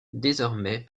désormais